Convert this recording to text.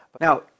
Now